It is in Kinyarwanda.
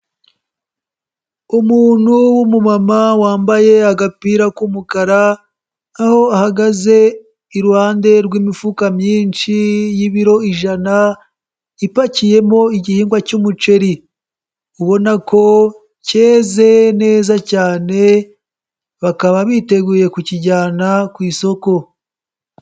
Umuntu w'umumama wambaye agapira k'umukara aho ahagaze iruhande rw'imifuka myinshi y'ibiro ijana, ipakiyemo igihingwa cy'umuceri ubona ko keze neza cyane bakaba biteguye kukijyana ku isoko.